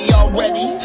already